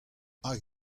hag